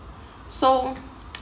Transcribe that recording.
so